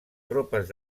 tropes